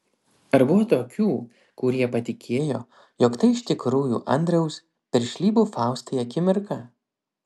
ar buvo tokių kurie patikėjo jog tai iš tikrųjų andriaus piršlybų faustai akimirka